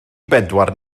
bedwar